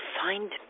find